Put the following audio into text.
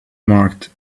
marked